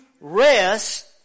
rest